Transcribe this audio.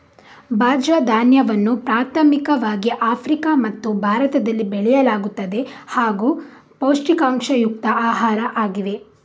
ಬಾಜ್ರ ಧಾನ್ಯವನ್ನು ಪ್ರಾಥಮಿಕವಾಗಿ ಆಫ್ರಿಕಾ ಮತ್ತು ಭಾರತದಲ್ಲಿ ಬೆಳೆಯಲಾಗುತ್ತದೆ ಹಾಗೂ ಪೌಷ್ಟಿಕಾಂಶಯುಕ್ತ ಆಹಾರ ಆಗಿವೆ